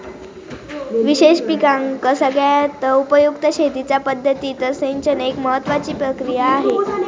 विशेष पिकांका सगळ्यात उपयुक्त शेतीच्या पद्धतीत सिंचन एक महत्त्वाची प्रक्रिया हा